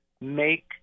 make